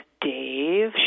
Dave